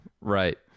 Right